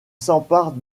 s’empare